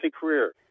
career